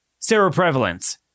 seroprevalence